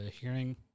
hearing